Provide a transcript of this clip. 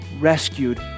rescued